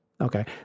Okay